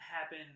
happen